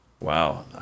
Wow